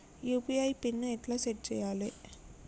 UPI pin ఎట్లా set చేయాలే?